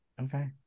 Okay